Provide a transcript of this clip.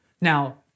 now